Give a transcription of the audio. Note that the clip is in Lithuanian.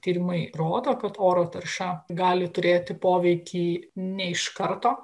tyrimai rodo kad oro tarša gali turėti poveikį ne iš karto